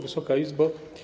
Wysoka Izbo!